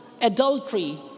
adultery